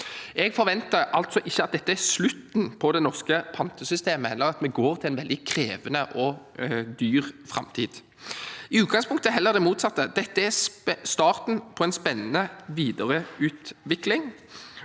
Jeg forventer ikke at dette er slutten på det norske pantesystemet, eller at vi går mot en veldig krevende og dyr framtid – i utgangspunktet heller det motsatte. Dette er starten på en spennende videreutvikling